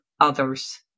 others